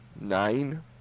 Nine